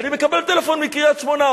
אני מקבל טלפון מקריית-שמונה,